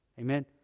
Amen